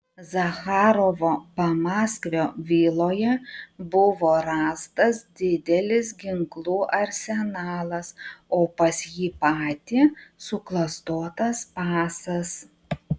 zacharovo pamaskvio viloje buvo rastas didelis ginklų arsenalas o pas jį patį suklastotas pasas